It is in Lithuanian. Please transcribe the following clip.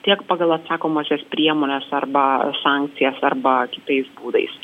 tiek pagal atsakomąsias priemones arba sankcijas arba kitais būdais